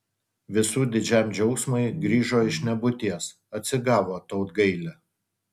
visų didžiam džiaugsmui grįžo iš nebūties atsigavo tautgailė